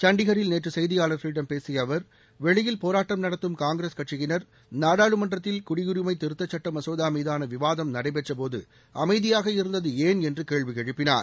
சண்டிகரில் நேற்று செய்தியாளர்களிடம் பேசிய அவர் வெளியில் போராட்டம் நடத்தும் காங்கிரஸ் கட்சியினர் நாடாளுமன்றத்தில் குடியுரிமை திருத்தச் சுட்ட மசோதா மீதான விவாதம் நடைபெற்றபோது அமைதியாக இருந்தது ஏன் என்று கேள்வி எழுப்பினார்